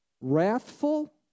Wrathful